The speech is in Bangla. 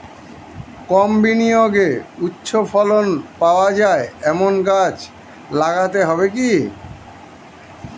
কম বিনিয়োগে উচ্চ ফলন পাওয়া যায় এমন গাছ লাগাতে হবে কি?